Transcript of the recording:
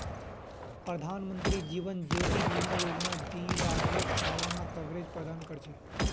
प्रधानमंत्री जीवन ज्योति बीमा योजना दी लाखेर सालाना कवरेज प्रदान कर छे